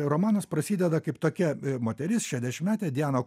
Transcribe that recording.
romanas prasideda kaip tokia moteris šešiasdešimtmetė diana